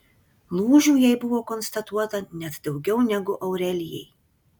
lūžių jai buvo konstatuota net daugiau negu aurelijai